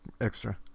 extra